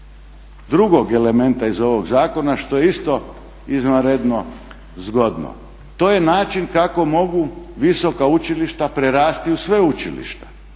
drugog elementa iz ovog zakona što je isto izvanredno zgodno. To je način kako mogu visoka učilišta prerasti u sveučilišta.